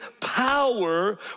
power